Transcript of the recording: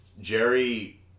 Jerry